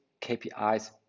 KPIs